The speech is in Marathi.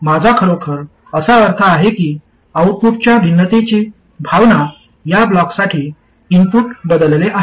माझा खरोखर असा अर्थ आहे की आउटपुटच्या भिन्नतेची भावना या ब्लॉकसाठी इनपुट बदलले आहे